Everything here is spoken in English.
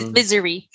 Misery